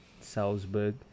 Salzburg